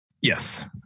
Yes